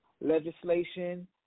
Legislation